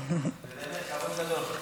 ובאמת כבוד גדול.